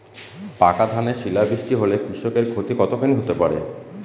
পাকা ধানে শিলা বৃষ্টি হলে কৃষকের ক্ষতি কতখানি হতে পারে?